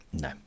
No